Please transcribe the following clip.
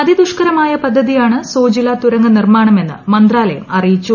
അതിദുഷ്കരമായ പദ്ധതിയാണ് സോജില തുരങ്ക നിർമ്മാണമെന്ന് മന്ത്രാലയം അറിയിച്ചു